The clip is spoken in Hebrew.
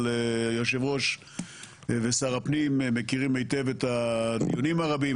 אבל היושב ראש ושר הפנים מכירים היטב את הדיונים הרבים,